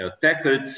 tackled